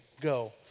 Go